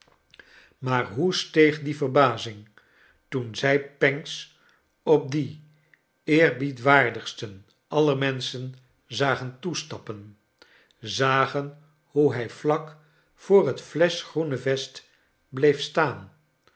maar hoe steeg die verbazing toen zij pancks op dien eerbiedwaardigsten aller menschen zagen toe stappen zagen hoe hij vlak voor het fleschgroene vest bleef staan